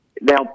Now